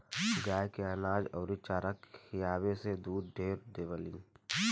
गाय के अनाज अउरी चारा खियावे से दूध ढेर देलीसन